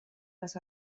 les